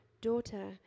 daughter